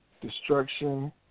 destruction